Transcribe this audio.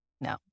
No